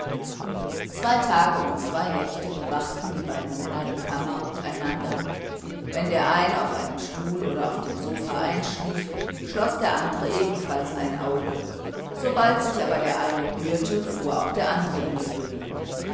zwei tage und zwei nächte bewachten die beiden männer die kammer und einander wenn der eine auf einem stuhl oder auf dem sofa einschlief schloß der andre ebenfalls ein auge sobald sich aber der eine rührte fuhr auch der andre in die höhe